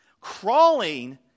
Crawling